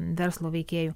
verslo veikėjų